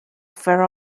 fair